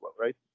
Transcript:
Right